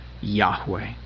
Yahweh